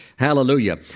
hallelujah